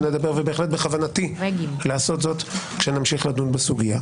לדבר ובהחלט בכוונתי לעשות זאת כשנמשיך לדון בסוגיה.